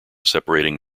separating